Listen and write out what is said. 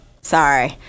sorry